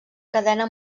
cadena